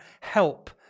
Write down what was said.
help